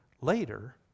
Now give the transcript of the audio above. later